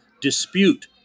dispute